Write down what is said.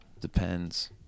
Depends